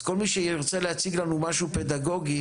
אז כל מי שירצה להציג לנו משהו פדגוגי